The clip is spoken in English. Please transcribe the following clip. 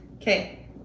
Okay